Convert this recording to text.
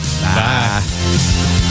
Bye